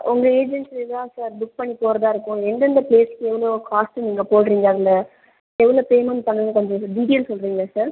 உங்கள் ஏஜென்சியில் தான் சார் புக் பண்ணி போகறதா இருக்கோம் எந்தெந்த பிளேஸ்க்கு எவ்வளோ காஸ்ட் நீங்கள் போடுறீங்க அதில் எவ்வளோ பேமெண்ட் பண்ணனும்னு கொஞ்சம் டீட்டைல் சொல்லுறீங்களா சார்